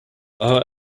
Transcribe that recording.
our